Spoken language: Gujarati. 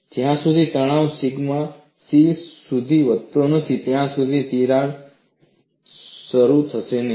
જ્યાં સુધી તણાવ સિગ્મા સી સુધી વધતો નથી ત્યાં સુધી તિરાડ શરૂ થશે નહીં